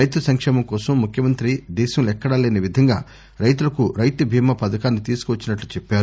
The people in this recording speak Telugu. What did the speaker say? రైతు సంక్షేమం కోసం ముఖ్యమంతి దేశంలో ఎక్కడా లేని విధంగా రైతులకు రైతు బీమా పథకాన్ని తీసుకువచ్చినట్లు చెప్పారు